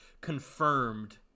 confirmed